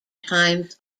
times